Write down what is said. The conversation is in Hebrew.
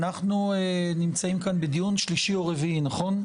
אנחנו נמצאים כאן בדיון שלישי או רביעי נכון?